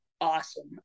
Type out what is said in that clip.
awesome